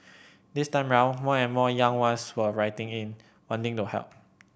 this time round more and more young ones were writing in wanting to help